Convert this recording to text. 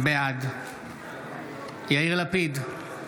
בעד יאיר לפיד,